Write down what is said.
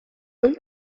اون